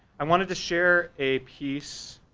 i wanted to share a piece.